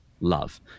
love